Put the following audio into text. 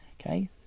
okay